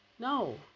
No